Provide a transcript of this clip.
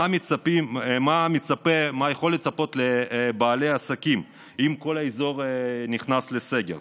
מה מצפה לבעלי העסקים אם כל האזור נכנס לסגר.